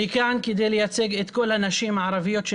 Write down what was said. אני כאן כדי לייצג את כול הנשים הערביות אשר